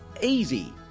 easy